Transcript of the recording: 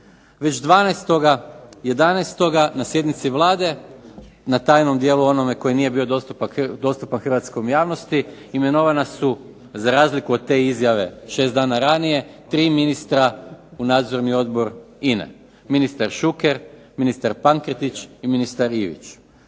Već 12. 11. na sjednici Vlade na tajnom dijelu onome koji nije bio dostupan hrvatskoj javnosti imenovana su za razliku od te izjave 6 dana ranije tri ministra u nadzorni odbor INA-e, ministar Šuker, ministar Pankretić i ministar Ivić.